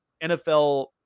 NFL